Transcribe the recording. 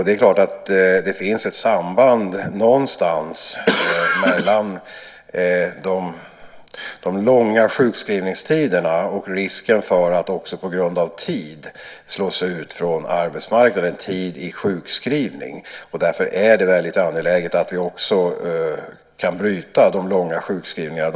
Det är klart att det någonstans finns ett samband mellan de långa sjukskrivningstiderna och risken för att också på grund av tid i sjukskrivning slås ut från arbetsmarknaden. Därför är det väldigt angeläget att vi också kan bryta utvecklingen när det gäller de långa sjukskrivningarna.